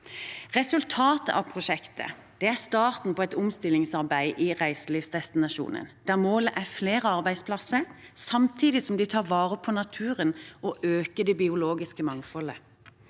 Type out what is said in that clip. Resultatet av prosjektet er starten på et omstillingsarbeid i reiselivsdestinasjonen, der målet er flere arbeidsplasser samtidig som de tar vare på naturen og øker det biologiske mangfoldet.